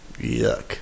yuck